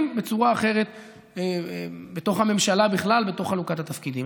בצורה אחרת בתוך הממשלה בכלל ובתוך חלוקת התפקידים.